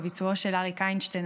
בביצועו של אריק איינשטיין,